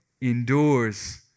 endures